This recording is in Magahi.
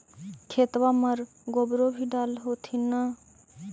खेतबा मर गोबरो भी डाल होथिन न?